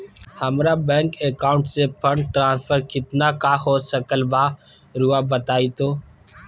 हमरा bank account से fund transfer कितना का हो सकल बा रुआ बताई तो?